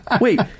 wait